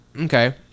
Okay